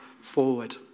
forward